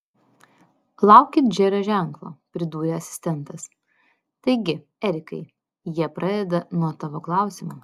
laukit džerio ženklo pridūrė asistentas taigi erikai jie pradeda nuo tavo klausimo